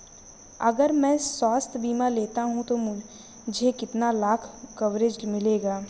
अगर मैं स्वास्थ्य बीमा लेता हूं तो मुझे कितने लाख का कवरेज मिलेगा?